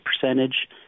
percentage